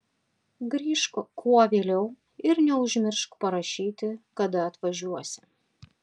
grįžk kuo vėliau ir neužmiršk parašyti kada atvažiuosi